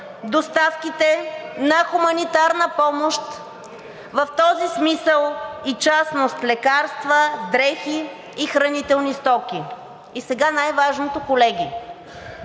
доставките на хуманитарна помощ в този смисъл и в частност лекарства, дрехи и хранителни стоки. И сега най-важното, колеги,